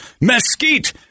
mesquite